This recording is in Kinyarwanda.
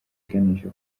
iganisha